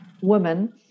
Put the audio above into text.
women